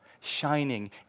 shining